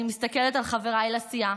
אני מסתכלת על חבריי לסיעה,